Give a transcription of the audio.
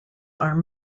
are